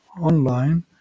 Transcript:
online